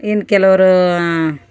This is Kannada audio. ಇನ್ನು ಕೆಲವ್ರು